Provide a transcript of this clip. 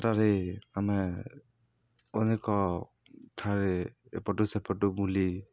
ତା'ରେ ଆମେ ଅନେକ ଥାରେ ଏପଟୁ ସେପଟୁ ବୁଲି